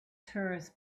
tourists